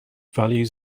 values